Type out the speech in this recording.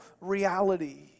reality